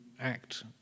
act